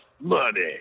money